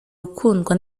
gukundwa